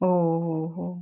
हो हो हो